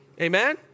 amen